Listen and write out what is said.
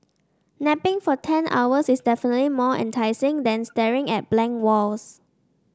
napping for ten hours is definitely more enticing than staring at blank walls